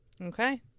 Okay